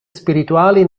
spirituali